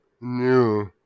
new